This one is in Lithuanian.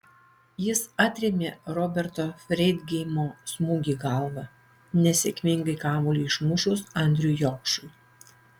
jis atrėmė roberto freidgeimo smūgį galva nesėkmingai kamuolį išmušus andriui jokšui